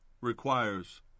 requires